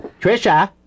Trisha